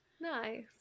nice